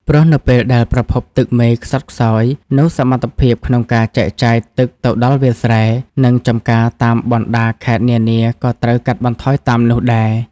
ព្រោះនៅពេលដែលប្រភពទឹកមេខ្សត់ខ្សោយ នោះសមត្ថភាពក្នុងការចែកចាយទឹកទៅដល់វាលស្រែ និងចំការតាមបណ្ដាខេត្តនានាក៏ត្រូវកាត់បន្ថយតាមនោះដែរ។